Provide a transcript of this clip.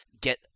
get